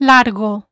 Largo